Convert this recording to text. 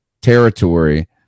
territory